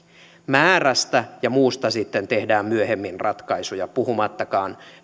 määrästä ja muusta sitten tehdään myöhemmin ratkaisuja puhumattakaan